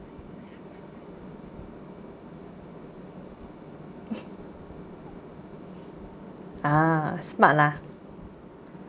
ah smart lah